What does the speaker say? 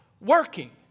Working